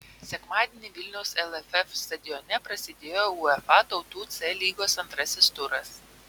sekmadienį vilniaus lff stadione prasidėjo uefa tautų c lygos antrasis turas